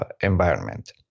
environment